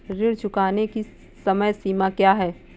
ऋण चुकाने की समय सीमा क्या है?